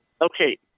okay